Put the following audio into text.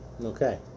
Okay